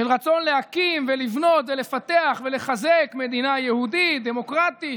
של רצון להקים ולבנות ולפתח ולחזק מדינה יהודית דמוקרטית,